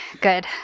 Good